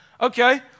Okay